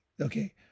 Okay